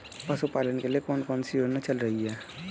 पशुपालन के लिए कौन सी योजना चल रही है?